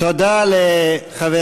תודה לחבר